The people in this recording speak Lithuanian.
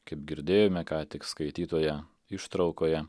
kaip girdėjome ką tik skaitytoje ištraukoje